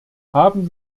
haben